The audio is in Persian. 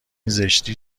زشتی